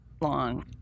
long